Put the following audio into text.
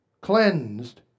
Cleansed